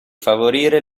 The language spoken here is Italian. favorire